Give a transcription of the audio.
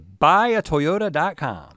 buyatoyota.com